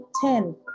ten